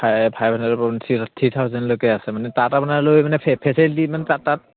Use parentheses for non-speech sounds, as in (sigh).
five five হাণ্ড্ৰেডৰ (unintelligible) three three থাউণ্ডেলৈকে আছে মানে তাত আপােনাৰ লৈ মানে ফেচিলিটি তাত তাত